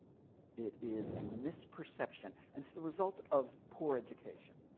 it is a misperception, and it's the result of poor education.